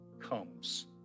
comes